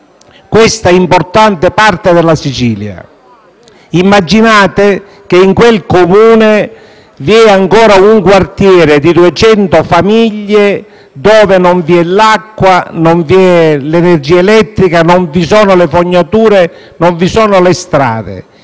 questa importante parte della Sicilia. Immaginate che in quel comune vi è ancora un quartiere di 200 famiglie dove non vi è l'acqua, non vi è l'energia elettrica, non vi sono le fognature e non vi sono le strade.